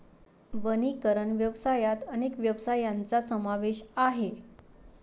वनीकरण व्यवसायात अनेक व्यवसायांचा समावेश आहे